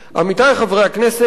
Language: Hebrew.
עמיתי חברי הכנסת,